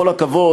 בכל הכבוד,